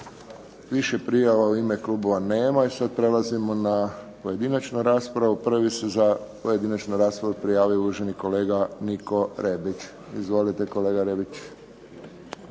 Više prijava u ime klubova nema. Prelazimo na pojedinačnu raspravu. Prvi se za pojedinačnu raspravu prijavio uvaženi kolega Niko Rebić. Izvolite kolega Rebić.